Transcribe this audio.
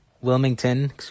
Wilmington